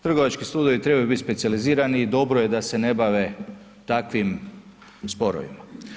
Trgovački sudovi trebaju biti specijalizirani i dobro je da se ne bave takvim sporovima.